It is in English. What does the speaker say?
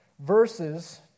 verses